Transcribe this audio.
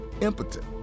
impotent